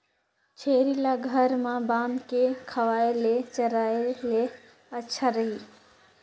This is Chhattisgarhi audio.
छेरी ल घर म बांध के खवाय ले चराय ले अच्छा रही?